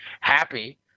happy